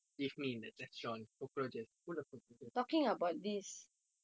give me in the restaurant cockroaches full of cockroaches